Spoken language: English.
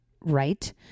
right